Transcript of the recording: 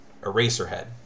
Eraserhead